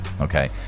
Okay